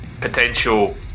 potential